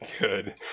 Good